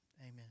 Amen